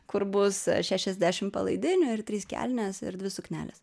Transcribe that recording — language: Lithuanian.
kur bus šešiasdešim palaidinių ir trys kelnės ir dvi suknelės